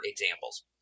examples